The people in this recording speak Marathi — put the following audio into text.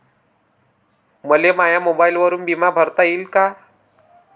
मले माया मोबाईलवरून बिमा भरता येईन का?